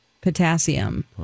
potassium